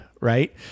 right